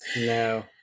No